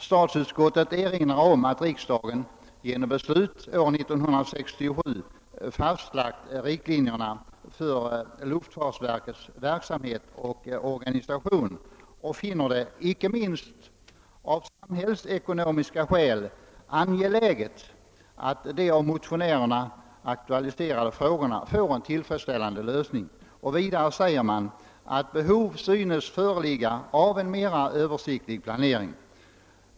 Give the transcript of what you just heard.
Statsutskottet erinrar om att riksdagen genom beslut 1967 fastlagt riktlinjerna för luftfartsverkets verksamhet och organisation och finner det inte minst av samhällsekonomiska skäl angeläget att de av motionärerna aktualiserade frågorna får en tillfredsställande lösning. Vidare säger man att behov synes föreligga av en mer Översiktlig planering.